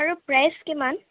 আৰু প্ৰাইচ কিমান